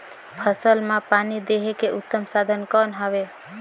फसल मां पानी देहे के उत्तम साधन कौन हवे?